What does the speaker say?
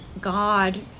God